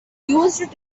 used